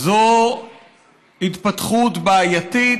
זו התפתחות בעייתית,